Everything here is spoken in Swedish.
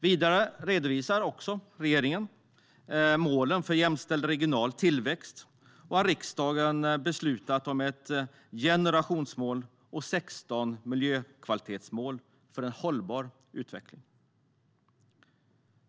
Vidare redovisar regeringen målen för jämställd regional tillväxt, och riksdagen har beslutat om ett generationsmål och 16 miljökvalitetsmål för en hållbar utveckling.